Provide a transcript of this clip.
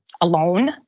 alone